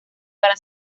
para